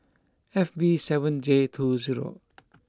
F B seven J two zero